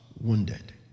wounded